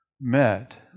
met